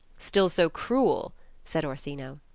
still so cruel said orsino.